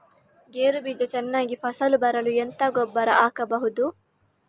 ಗೇರು ಬೀಜ ಚೆನ್ನಾಗಿ ಫಸಲು ಬರಲು ಎಂತ ಗೊಬ್ಬರ ಹಾಕಬೇಕು?